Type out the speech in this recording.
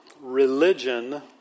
religion